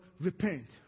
repent